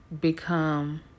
become